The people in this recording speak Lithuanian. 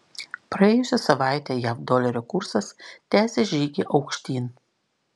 praėjusią savaitę jav dolerio kursas tęsė žygį aukštyn